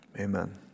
amen